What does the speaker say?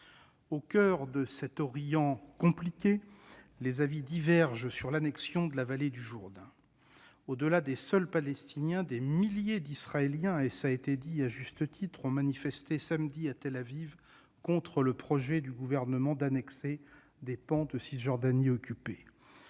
Au coeur de l'« Orient compliqué », les avis divergent sur l'annexion de la vallée du Jourdain. Au-delà des seuls Palestiniens, des milliers d'Israéliens, cela a été rappelé à juste titre, ont manifesté samedi à Tel-Aviv contre le projet du gouvernement d'annexer des pans de Cisjordanie occupée.